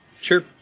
Sure